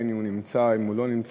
בין שהוא נמצא ובין שהוא לא נמצא,